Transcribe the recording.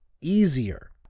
easier